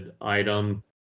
item